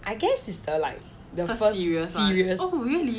I guess this is the like the first serious